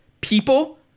people